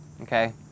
okay